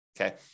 Okay